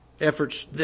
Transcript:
efforts